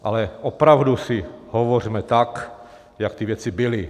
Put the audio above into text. Ale opravdu hovořme tak, jak ty věci byly.